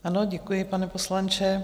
Ano, děkuji, pane poslanče.